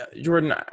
Jordan